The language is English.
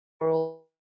world